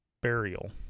burial